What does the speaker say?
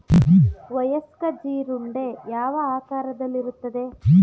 ವಯಸ್ಕ ಜೀರುಂಡೆ ಯಾವ ಆಕಾರದಲ್ಲಿರುತ್ತದೆ?